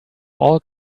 all